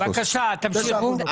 בבקשה, תמשיכו.